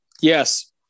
yes